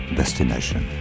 destination